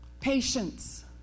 Patience